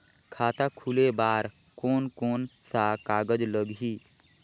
खाता खुले बार कोन कोन सा कागज़ लगही?